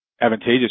advantageous